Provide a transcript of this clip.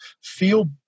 feel